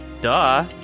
Duh